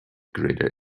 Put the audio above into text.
greater